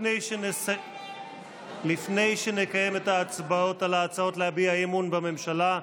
לפני שנקיים את ההצבעות על ההצעות להביע אי-אמון בממשלה,